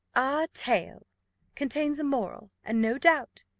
our tale contains a moral and, no doubt,